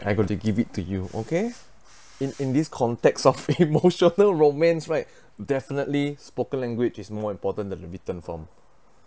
I got to give it to you okay in in this context of emotional romance right definitely spoken language is more important than the written form